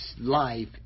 life